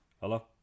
Hello